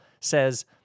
says